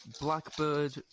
Blackbird